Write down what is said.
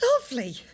Lovely